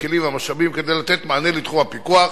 הכלים והמשאבים לתת מענה לתחום הפיקוח,